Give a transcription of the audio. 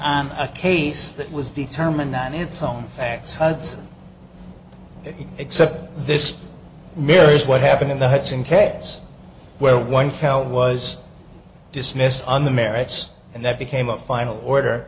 on a case that was determined not its own facts hudson it except this mirrors what happened in the hudson case where one count was dismissed on the merits and that became a final order